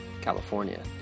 California